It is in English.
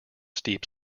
steep